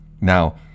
Now